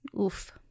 Oof